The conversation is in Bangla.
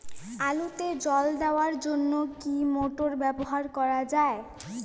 আলুতে জল দেওয়ার জন্য কি মোটর ব্যবহার করা যায়?